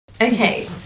okay